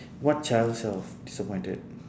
what child self disappointed